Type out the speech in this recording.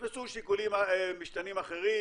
נכנסו משתנים אחרים,